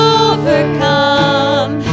overcome